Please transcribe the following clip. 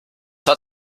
hat